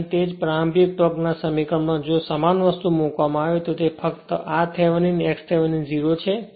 અને તે જ રીતે પ્રારંભિક ટોર્ક ના તે સમીકરણ માં જો સમાન વસ્તુ મૂકવામાં આવે તો ફક્ત r Thevenin x Thevenin 0 છે